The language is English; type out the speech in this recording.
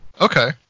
Okay